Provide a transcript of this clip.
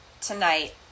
tonight